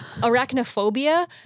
Arachnophobia